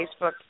Facebook